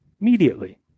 immediately